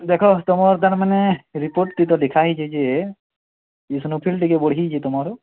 ଦେଖ ତୁମର ତା'ମାନେ ରିପୋର୍ଟ ବି ତ ଦେଖଆଯାଇଛି ଇଶନଫୁଲିଆ ଟିକେ ବଢ଼ିଯାଇଛି ତୁମର